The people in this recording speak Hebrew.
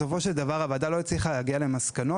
בסופו של דבר, הוועדה לא הצליחה להגיע למסקנות.